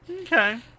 Okay